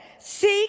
Seek